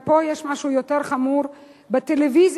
אבל פה יש משהו יותר חמור: בטלוויזיה,